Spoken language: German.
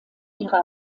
ihre